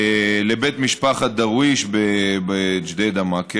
לבית משפחת דרוויש בג'דיידה-מכר,